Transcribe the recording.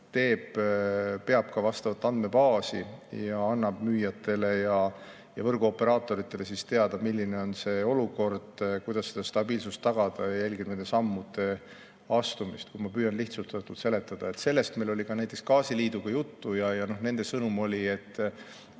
pidama, peab vastavat andmebaasi ning annab müüjatele ja võrguoperaatoritele teada, milline on olukord, kuidas seda stabiilsust tagada, ja jälgib nende sammude astumist. Ma püüan lihtsalt seletada. Sellest oli meil ka näiteks gaasiliiduga juttu. Nende sõnum oli, et